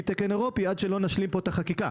תקן אירופי עד שלא נשלים פה את החקיקה.